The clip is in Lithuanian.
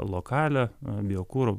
lokalią biokuru